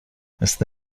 مثل